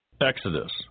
Exodus